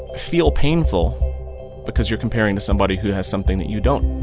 feel painful because you're comparing to somebody who has something that you don't,